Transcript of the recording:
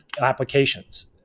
applications